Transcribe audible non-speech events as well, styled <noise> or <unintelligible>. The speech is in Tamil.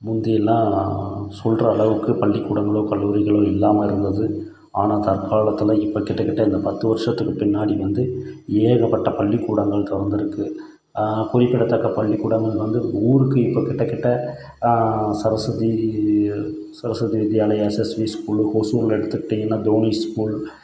முந்தியெல்லாம் சொல்கிற அளவுக்கு பள்ளிக்கூடங்களோ கல்லூரிகளோ இல்லாமல் இருந்தது ஆனால் தற்காலத்தில் இப்போ கிட்டத்தட்ட இந்த பத்து வருடத்துக்கு பின்னாடி வந்து ஏகப்பட்ட பள்ளிக்கூடங்கள் திறந்திருக்கு குறிப்பிடத்தக்க பள்ளிக்கூடங்களில் வந்து ஊருக்கு இப்போ கிட்டத்தட்ட சரஸ்வதி வித்யாலயா சரஸ்வதி <unintelligible> ஓசூரில் எடுத்துக்கிட்டீங்கன்னா கவர்ன்மெண்ட் ஸ்கூல்